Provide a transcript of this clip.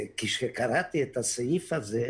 כשקראתי את הסעיף הזה.